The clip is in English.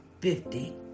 fifty